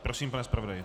Prosím, pane zpravodaji.